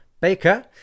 Baker